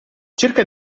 cerca